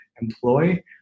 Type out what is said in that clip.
employ